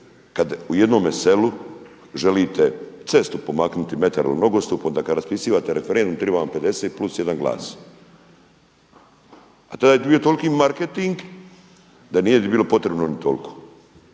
kad u jednome selu želite cestu pomaknuti metar u nogostup, onda kad raspisivate referendum triba vam 50 plus 1 glas. A to je bio takvi marketing da nije bilo potrebno ni toliko.